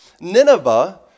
Nineveh